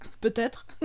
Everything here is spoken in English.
Peut-être